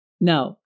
no